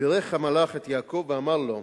בירך המלאך את יעקב ואמר לו: